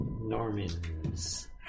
normans